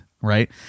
Right